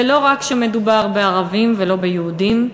ולא רק כשמדובר בערבים ולא ביהודים.